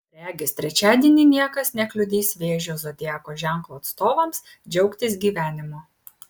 regis trečiadienį niekas nekliudys vėžio zodiako ženklo atstovams džiaugtis gyvenimu